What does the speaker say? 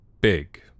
big